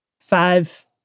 Five